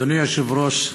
אדוני היושב-ראש,